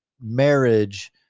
marriage